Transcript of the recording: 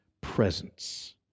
presence